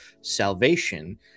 salvation